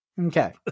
okay